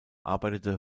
arbeitete